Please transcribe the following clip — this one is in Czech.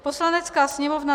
Poslanecká sněmovna